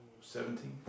seventeen